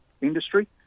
industry